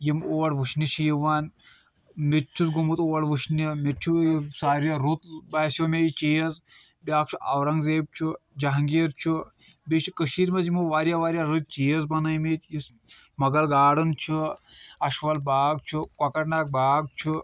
یِم اور وُچھنہِ چھِ یِوان مےٚ تہِ چُھس گوٚومُت اور وُچھنہِ مےٚ تہِ چُھ ساوٕیو رُت بسیٚو مےٚ یہِ چیٖز بیاکھ چُھ اورنگزیب چُھ جہانگیر چُھ بیٚیہِ چھِ کٔشیٖر منٛز یِم واریاہ واریاہ رٕتی چیٖز بَنٲومٕتۍ یُس مۄگل گاڈٕنۍ چُھ اچابل باغ چُھ کوکَر ناگ باغ چُھ